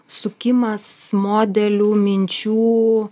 sukimas modelių minčių